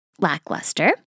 lackluster